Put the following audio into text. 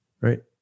Right